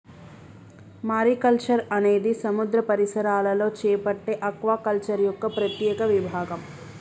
mariculture అనేది సముద్ర పరిసరాలలో చేపట్టే ఆక్వాకల్చర్ యొక్క ప్రత్యేక విభాగం